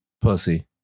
Pussy